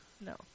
No